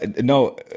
no